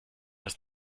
ist